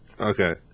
Okay